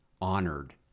honored